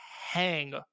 hang